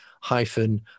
hyphen